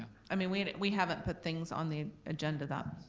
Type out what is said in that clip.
i mean, we and we haven't put things on the agenda that